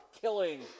killing